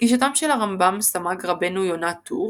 גישתם של הרמב"ם סמ"ג רבינו יונה טור